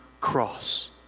cross